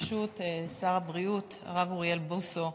ברשות שר הבריאות, הרב אוריאל בוסו,